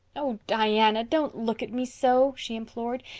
oh, diana, don't look at me so, she implored.